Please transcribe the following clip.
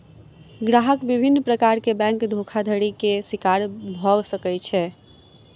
ग्राहक विभिन्न प्रकार के बैंक धोखाधड़ी के शिकार भअ सकै छै